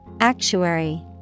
Actuary